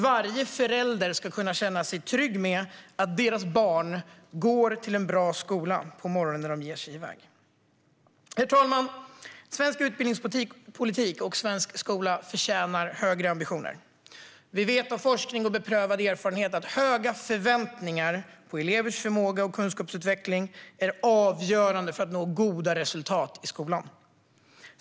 Varje förälder ska kunna känna sig trygg med att deras barn går till en bra skola när de ger sig iväg på morgonen. Herr talman! Svensk utbildningspolitik och svensk skola förtjänar högre ambitioner. Vi vet av forskning och beprövad erfarenhet att höga förväntningar på elevers förmåga och kunskapsutveckling är avgörande för att nå goda resultat i skolan.